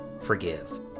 forgive